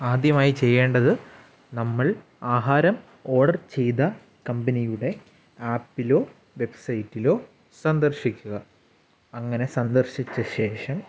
ആദ്യമായി ചെയ്യേണ്ടത് നമ്മൾ ആഹാരം ഓർഡർ ചെയ്ത കമ്പനിയുടെ ആപ്പിലോ വെബ്സൈറ്റിലോ സന്ദർശിക്കുക അങ്ങനെ സന്ദർശിച്ച ശേഷം